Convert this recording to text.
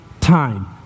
time